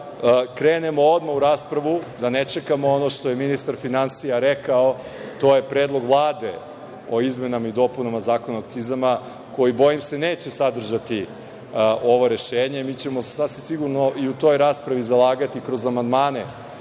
da krenemo odmah u raspravu, da ne čekamo ono što je ministar finansija rekao, to je Predlog Vlade o izmenama i dopunama Zakona o akcizama, koji, bojim se neće sadržati ova rešenja, i mi ćemo sasvim sigurno i u toj raspravi zalagati kroz amandmane